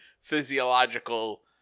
physiological